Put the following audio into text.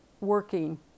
working